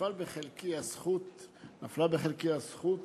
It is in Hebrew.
ונפלה בחלקי הזכות